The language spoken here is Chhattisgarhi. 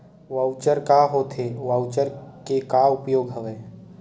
वॉऊचर का होथे वॉऊचर के का उपयोग हवय?